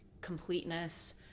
completeness